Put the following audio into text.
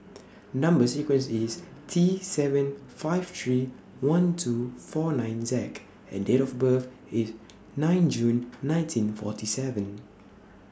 Number sequence IS T seven five three one two four nine Z and Date of birth IS nine June nineteen forty seven